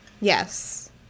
yes